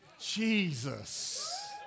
Jesus